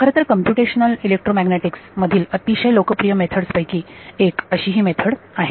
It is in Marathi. खरंतर कम्प्युटेशनल इलेक्ट्रोमॅग्नेटिक्स मधील अतिशय लोकप्रिय मेथड्स पैकी एक अशी ही मेथड आहे